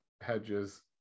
hedges